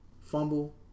Fumble